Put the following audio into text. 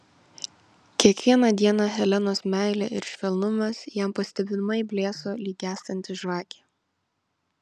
kiekvieną dieną helenos meilė ir švelnumas jam pastebimai blėso lyg gęstanti žvakė